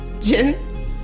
Jen